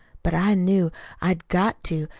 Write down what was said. but i knew i'd got to,